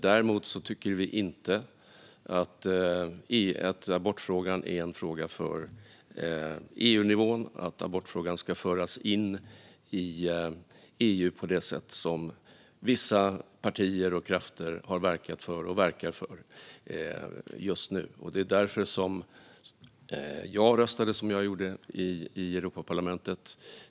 Däremot tycker vi inte att abortfrågan är en fråga för EU-nivån eller att den ska föras in i EU, som vissa partier och krafter verkar för just nu. Därför röstade jag som jag gjorde i Europaparlamentet.